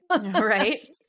Right